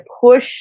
push